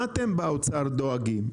מה אתם באוצר דואגים?